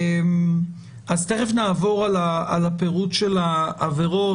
אז תכף נעבור על הפירוט של העבירות,